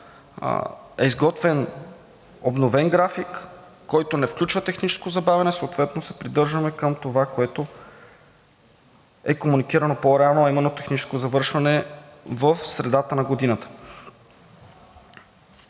е изготвен обновен график, който не включва техническо забавяне, съответно се придържаме към това, което е коментирано по-рано, а именно техническо завършване в средата на годината.